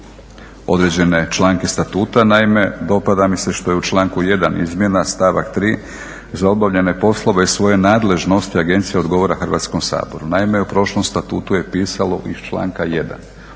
na određene članke statuta. Naime, dopada mi se što je u članku 1. izmjena, stavak 3., za obavljene poslove iz svoje nadležnosti agencija odgovara Hrvatskom saboru. Naime, u prošlom statutu je pisalo iz članka 1.